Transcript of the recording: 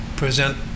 Present